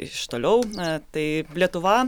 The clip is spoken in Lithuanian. iš toliau tai lietuva